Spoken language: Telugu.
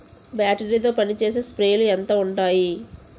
బ్యాటరీ తో పనిచేసే స్ప్రేలు ఎంత ఉంటాయి?